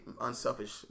unselfish